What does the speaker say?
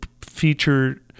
feature